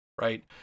right